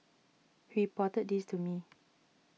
he reported this to me